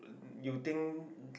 you think